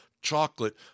chocolate